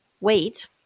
wait